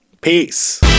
Peace